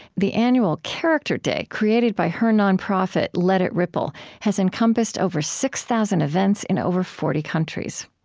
the annual character day created by her non-profit, let it ripple, has encompassed over six thousand events in over forty countries